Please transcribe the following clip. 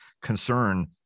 concern